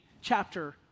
chapter